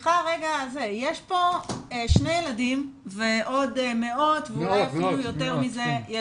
יש פה שני ילדים ועוד מאות ואולי אפילו יותר מזה,